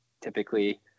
typically